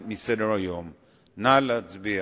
אני לא מסכים.